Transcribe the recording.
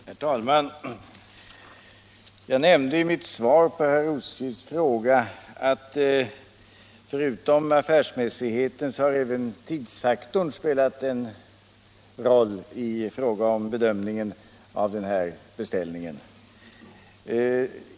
Herr talman! Jag nämnde i mitt svar på herr Rosqvists fråga att förutom affärsmässigheten har även tidsfaktorn spelat en roll i fråga om bedömningen av den här beställningen.